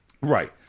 Right